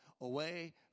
away